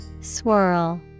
Swirl